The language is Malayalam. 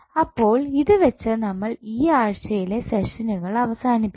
അപ്പോൾ ഇത് വെച്ച് നമ്മൾ ഈ ആഴ്ചയിലെ സെഷനുകൾ അവസാനിപ്പിക്കുന്നു